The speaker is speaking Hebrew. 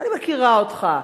אני מכירה אותך,